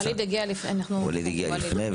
נעמה לזימי (יו"ר הוועדה המיוחדת לענייני צעירים): ואליד הגיע לפני.